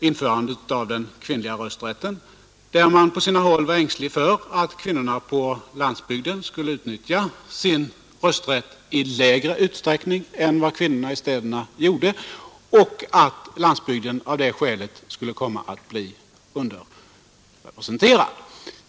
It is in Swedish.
Införandet av den kvinnliga rösträtten gjorde, att man då på sina håll var ängslig för att kvinnorna på landsbygden skulle utnyttja sin rösträtt i mindre utsträckning än kvinnorna i städerna och att landsbygden således skulle komma att bli underrepresenterad.